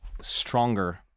stronger